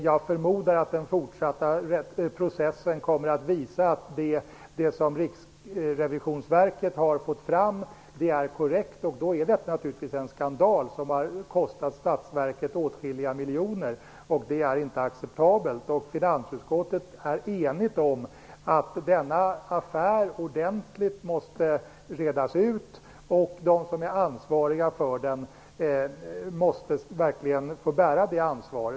Jag förmodar att den fortsatta processen kommer att visa att det som Riksrevisionsverket har fått fram är korrekt, och i så fall är detta naturligtvis en skandal, som har kostat statsverket åtskilliga miljoner. Detta är inte acceptabelt. Finansutskottet är enigt om att denna affär ordentligt måste redas ut och att de som är ansvariga också måste få bära sitt ansvar.